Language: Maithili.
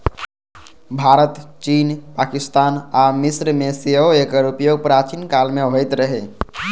भारत, चीन, पाकिस्तान आ मिस्र मे सेहो एकर उपयोग प्राचीन काल मे होइत रहै